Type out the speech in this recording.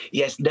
yes